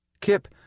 Kip